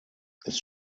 ist